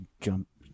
jump